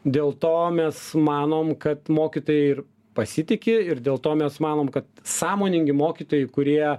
dėl to mes manom kad mokytojai ir pasitiki ir dėl to mes manom kad sąmoningi mokytojai kurie